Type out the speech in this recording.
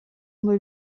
ondo